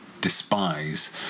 despise